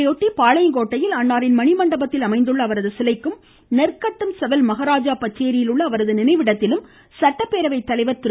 இதையொட்டி பாளையங்கோட்டையில் அன்னாரின் மணிமண்டபத்தில் அமைந்துள்ள அவரது சிலைக்கும் நெற்கட்டும் செவல் மகராஜா பச்சேரியில் உள்ள அவரது நினைவிடத்திலும் சட்டப்பேரவை தலைவர் திரு